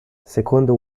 secondo